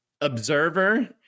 observer